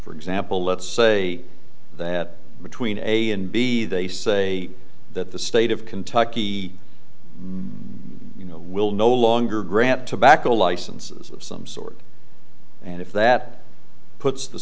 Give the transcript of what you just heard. for example let's say that between a and b they say that the state of kentucky you know will no longer grant tobacco licenses of some sort and if that puts the